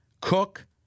Cook